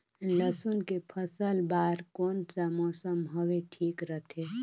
लसुन के फसल बार कोन सा मौसम हवे ठीक रथे?